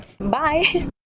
Bye